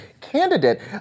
candidate